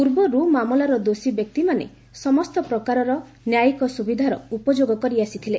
ପୂର୍ବରୁ ମାମଲାର ଦୋଷୀ ବ୍ୟକ୍ତିମାନେ ସମସ୍ତ ପ୍ରକାରର ନ୍ୟାୟିକ ସୁବିଧାର ଉପଯୋଗ କରିସାରିଥିଲେ